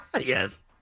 Yes